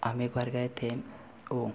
हम एक बार गए थे वो